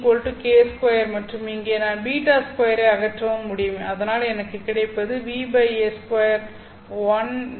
B k2மற்றும் இங்கே நான் β2 ஐ அகற்றவும் முடியும் அதனால் எனக்கு கிடைப்பது இது νa2